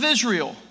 Israel